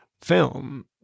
film